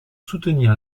soutenir